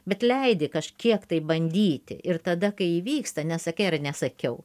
bet leidi kažkiek tai bandyti ir tada kai įvyksta nesakai ar nesakiau